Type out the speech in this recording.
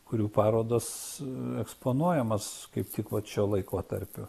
kurių parodos eksponuojamos kaip tik vat šiuo laikotarpiu